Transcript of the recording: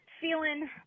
feeling